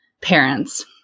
parents